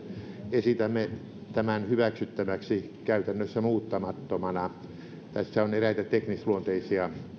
esitämme tämän hyväksyttäväksi käytännössä muuttamattomana tässä on eräitä teknisluonteisia